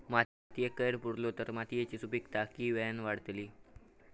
मातयेत कैर पुरलो तर मातयेची सुपीकता की वेळेन वाडतली?